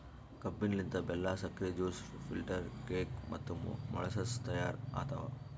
ಕಬ್ಬಿನ ಲಿಂತ್ ಬೆಲ್ಲಾ, ಸಕ್ರಿ, ಜ್ಯೂಸ್, ಫಿಲ್ಟರ್ ಕೇಕ್ ಮತ್ತ ಮೊಳಸಸ್ ತೈಯಾರ್ ಆತವ್